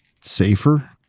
safer